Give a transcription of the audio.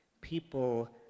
People